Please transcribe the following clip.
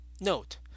Note